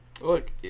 Look